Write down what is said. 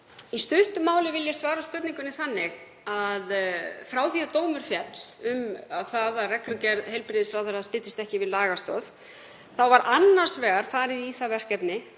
Í stuttu máli vil ég svara spurningunni þannig að frá því að dómur féll um að reglugerð heilbrigðisráðherra styddist ekki við lagastoð var annars vegar farið í það verkefni